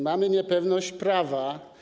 Mamy niepewność prawa.